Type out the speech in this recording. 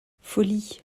folie